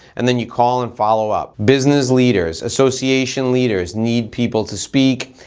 and then you call and follow up. business leaders, association leaders need people to speak.